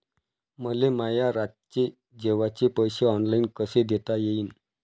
मले माया रातचे जेवाचे पैसे ऑनलाईन कसे देता येईन?